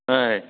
ఆయ్